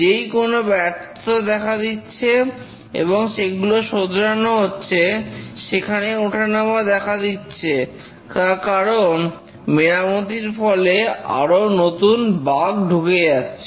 যেই কোন ব্যর্থতা দেখা দিচ্ছে এবং সেগুলো শোধরানো হচ্ছে সেখানেই উঠানামা দেখা যাচ্ছে তার কারণ মেরামতির ফলে আরো নতুন বাগ ঢুকে যাচ্ছে